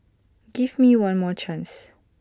give me one more chance